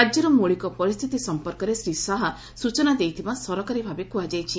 ରାଜ୍ୟର ମୌଳିକ ପରିସ୍ଥିତି ସଂପର୍କରେ ଶ୍ରୀ ଶାହା ସୂଚନା ଦେଇଥିବା ସରକାରୀ ଭାବେ କୁହାଯାଇଛି